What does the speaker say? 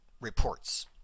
reports